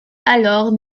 alors